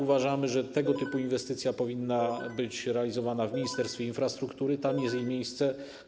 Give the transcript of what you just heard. Uważamy, że tego typu inwestycja powinna być realizowana w Ministerstwie Infrastruktury, tam jest jej miejsce.